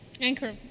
anchor